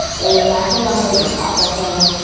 in natural language processing,